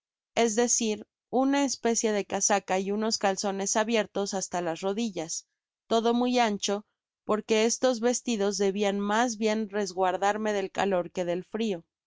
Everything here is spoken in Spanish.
es decir una especie de casaca y unos calzones abiertos hasta las rodillas todo muy ancho porque estos vestidos debian mas bien resguardarme del calor que del frio